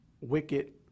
wicked